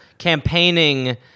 campaigning